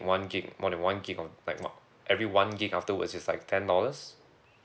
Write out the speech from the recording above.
one gig more that one gig on like one every one gig afterwards is like ten dollars